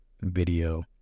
video